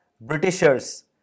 Britishers